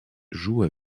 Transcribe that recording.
joue